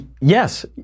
Yes